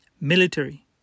military